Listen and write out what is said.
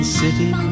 city